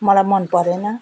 मलाई मन परेन